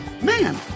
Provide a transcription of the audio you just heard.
man